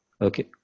Okay